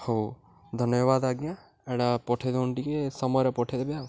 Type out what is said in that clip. ହଉ ଧନ୍ୟବାଦ ଆଜ୍ଞା ଇଟା ପଠେଇଦଉନ୍ ଟିକେ ସମୟରେ ପଠେଇଦେବେ ଆଉ